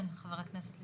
כן, חבר הכנסת ליצמן.